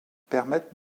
permettent